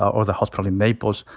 or the hospital in naples,